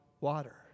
water